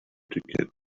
continue